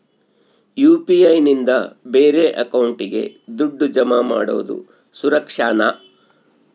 UPI ನಿಂದ ಬೇರೆ ಅಕೌಂಟಿಗೆ ದುಡ್ಡು ಜಮಾ ಮಾಡೋದು ಸುರಕ್ಷಾನಾ?